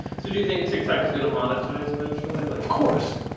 so, do you think tiktok is gonna monetize eventually? like of course.